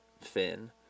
Finn